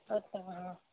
ह तव्हां